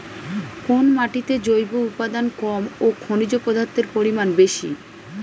কোন মাটিতে জৈব উপাদান কম ও খনিজ পদার্থের পরিমাণ বেশি?